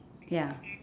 ya